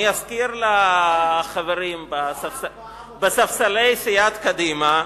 אני אזכיר לחברים בספסלי סיעת קדימה,